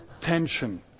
tension